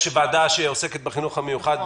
יש ועדה שעוסקת בחינוך המיוחד,